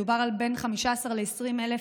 מדובר על בין 15,000 ל-20,000